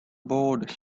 board